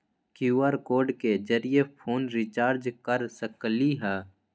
QR code के जरिय phone recharge कर सकली ह?